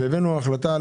הבאנו החלטה,